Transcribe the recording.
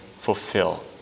fulfill